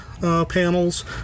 panels